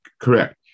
correct